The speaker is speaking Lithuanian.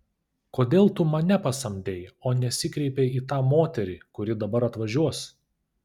kodėl tu mane pasamdei o nesikreipei į tą moterį kuri dabar atvažiuos